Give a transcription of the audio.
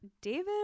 David